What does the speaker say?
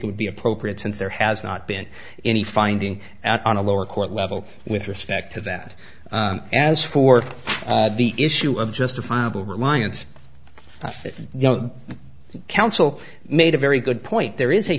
would be appropriate since there has not been any finding out on a lower court level with respect to that as for the issue of justifiable reliance counsel made a very good point there is a